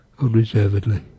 unreservedly